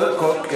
כולנו נגדם.